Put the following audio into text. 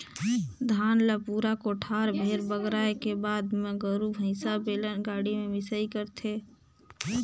धान ल पूरा कोठार भेर बगराए के बाद मे गोरु भईसा, बेलन गाड़ी में मिंसई करथे